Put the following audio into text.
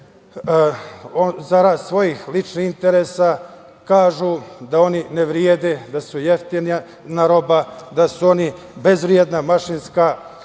zarad svojih ličnih interesa. Kažu da oni ne vrede, da su jeftina roba, da su oni bezvredna mašina